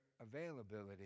availability